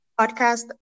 podcast